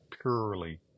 purely